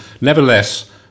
Nevertheless